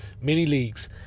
mini-leagues